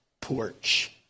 porch